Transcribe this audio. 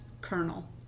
colonel